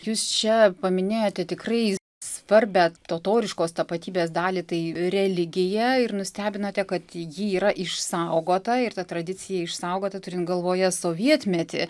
jūs čia paminėjote tikrai svarbią totoriškos tapatybės dalį tai religija ir nustebinote kad ji yra išsaugota ir ta tradicija išsaugota turint galvoje sovietmetį